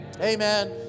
Amen